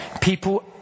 people